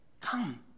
Come